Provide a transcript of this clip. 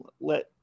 let